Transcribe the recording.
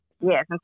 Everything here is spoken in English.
Yes